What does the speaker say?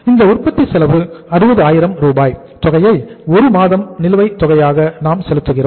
இந்த உற்பத்தி செலவு 60000 தொகையை 1 மாத நிலுவைத் தொகையாக நாம் செலுத்துகிறோம்